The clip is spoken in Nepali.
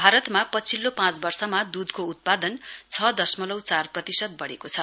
भारतमा पछिल्लो पाँच वर्षमा दूधको उत्पादन छ दशमलउ चार प्रतिशत बढ़ेको छ